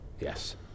Yes